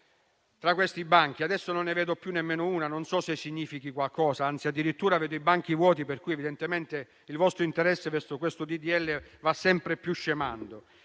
tra questi banchi, adesso non ne vedo più nemmeno una e non so se significhi qualcosa. Addirittura vedo i banchi vuoti, per cui evidentemente il vostro interesse verso questo disegno di legge va sempre più scemando.